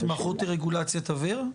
וההתמחות היא רגולציית זיהום אוויר?